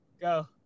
Go